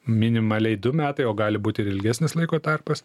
minimaliai du metai o gali būti ir ilgesnis laiko tarpas